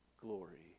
glory